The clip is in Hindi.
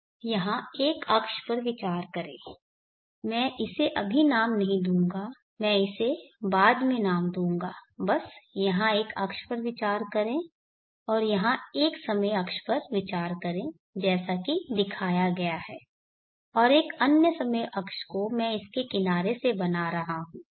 यहाँ एक अक्ष पर विचार करें मैं इसे अभी नाम नहीं दूंगा मैं इसे बाद में नाम दूंगा बस यहाँ एक अक्ष पर विचार करें और यहाँ एक समय अक्ष पर विचार करें जैसा कि दिखाया गया है और एक अन्य समय अक्ष मैं इसके किनारे से बना रहा हूँ